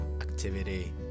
activity